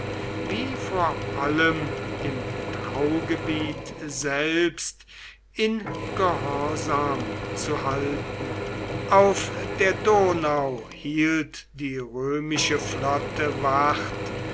wie vor allem im draugebiet selbst in gehorsam zu halten auf der donau hielt die römische flotte wacht